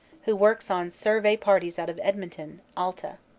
who works on survey parties out of edmonton, alta.